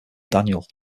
daniel